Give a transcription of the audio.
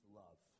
love